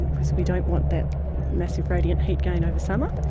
because we don't want that massive radiant heat gain over summer.